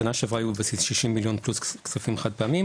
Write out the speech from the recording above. בשנה שעברה הם היו בבסיס 60 מיליון פלוס כספים חד פעמיים,